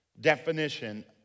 definition